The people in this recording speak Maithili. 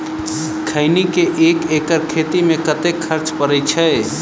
खैनी केँ एक एकड़ खेती मे कतेक खर्च परै छैय?